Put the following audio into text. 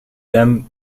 them